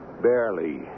Barely